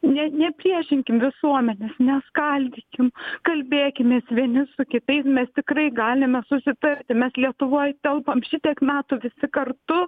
ne nepriešinkim visuomenės neskaldykim kalbėkimės vieni su kitais mes tikrai galime susitarti mes lietuvoj telpam šitiek metų visi kartu